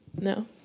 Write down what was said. No